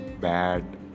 bad